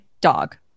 dog